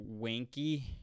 wanky